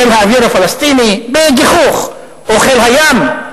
חיל האוויר הפלסטיני, בגיחוך, או חיל הים?